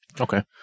okay